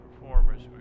performers